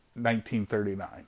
1939